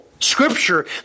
Scripture